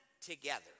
together